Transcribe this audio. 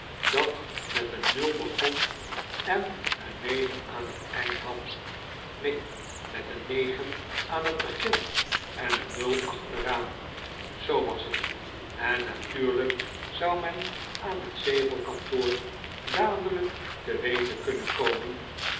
dat met een nul begon en een negen aan het eind had neen met een negen aan het begin en een nul achteraan zoo was het en natuurlijk zou men aan het zegelkantoor dadelijk te weten kunnen komen